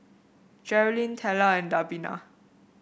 Jerrilyn Teela and Davina